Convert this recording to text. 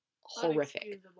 Horrific